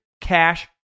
cash